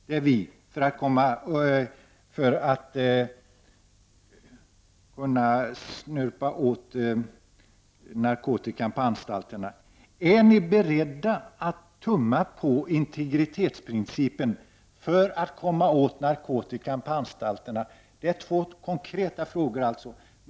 Det är vi, för att man skall kunna snörpa åt narkotikan på anstalterna. Är ni beredda att tumma på integritetsprincipen för att komma åt narkotikan på anstalterna? Det är två konkreta frågor.